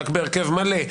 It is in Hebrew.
רק בהרכב מלא,